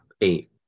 eight